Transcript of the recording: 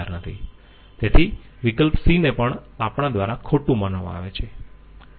તેથી વિકલ્પ c ને પણ આપણા દ્વારા ખોટું માનવામાં આવે છે